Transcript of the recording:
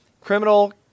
criminal